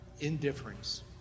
indifference